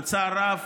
בצער רב,